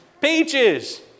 Peaches